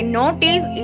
notice